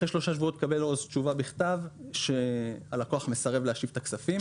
אחרי 3 שבועות עוז מקבל תשובה בכתב שהלקוח מסרב להשיב את הכספים.